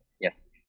Yes